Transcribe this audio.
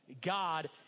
God